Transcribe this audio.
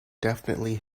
definitely